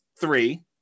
three